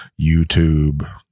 YouTube